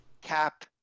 cap